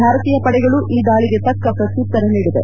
ಭಾರತೀಯ ಪಡೆಗಳು ಈ ದಾಳಿಗೆ ತಕ್ಕ ಪ್ರತ್ಯುತ್ತರ ನೀಡಿವೆ